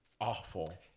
awful